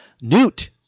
Newt